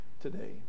today